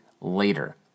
later